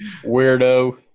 Weirdo